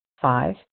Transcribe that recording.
Five